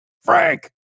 Frank